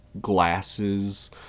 glasses